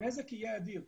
הנזק יהיה אדיר.